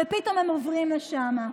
ופתאום הם עוברים לשם.